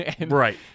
Right